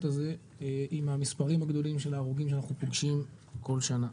לזה עם המספרים הגדולים של הרוגים שאנחנו פוגשים כל שנה.